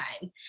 time